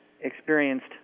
experienced